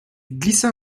glissa